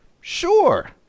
Sure